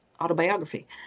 autobiography